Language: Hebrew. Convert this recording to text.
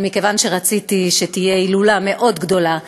אבל מכיוון שרציתי שתהיה הילולה מאוד גדולה,